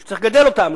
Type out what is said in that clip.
שהוא צריך לגדל אותם,